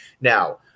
Now